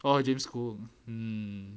oh james cook mm